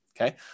Okay